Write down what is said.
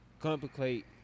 complicate